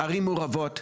ערים מעורבות,